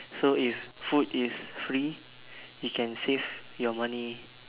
so if food is free you can save your money